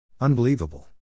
Unbelievable